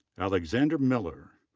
alexander miller,